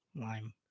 Lime